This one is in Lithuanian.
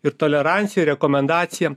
ir tolerancija rekomendacijam